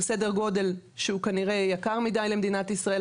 סדר גודל שהוא כנראה יקר מדי למדינת ישראל,